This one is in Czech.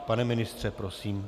Pane ministře, prosím.